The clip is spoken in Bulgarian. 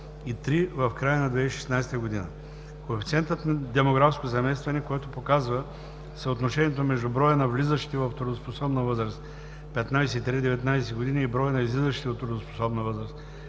в края на 2016 г. Коефициентът на демографско заместване, който показва съотношението между броя на влизащите в трудоспособна възраст (15 – 19 години) и броя на излизащите от трудоспособна възраст